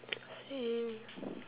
say